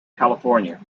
california